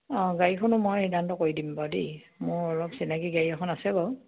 অঁ গাড়ীখনো মই সিদ্ধান্ত কৰি দিম বাৰু দেই মোৰ অলপ চিনাকি গাড়ী এখন আছে বাৰু